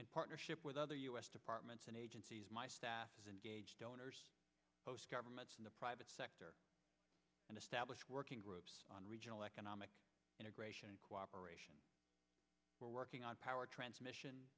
in partnership with other u s departments and agencies my staff is engaged owners most governments in the private sector an established working groups on regional economic integration and cooperation were working on power transmission